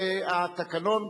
והתקנון,